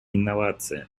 инновация